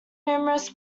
numerous